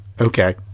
Okay